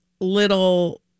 little